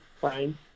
fine